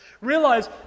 Realize